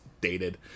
dated